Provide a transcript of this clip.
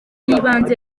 y’ibanze